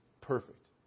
perfect